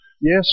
yes